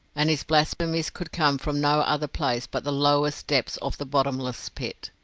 and his blasphemies could come from no other place but the lowest depths of the bottomless pit.